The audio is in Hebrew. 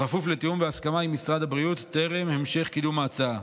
בכפוף לתיאום והסכמה עם משרד הבריאות טרם המשך קידום ההצעה,